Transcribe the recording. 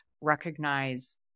recognize